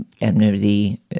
enmity